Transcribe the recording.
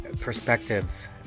perspectives